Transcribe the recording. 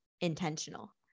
intentional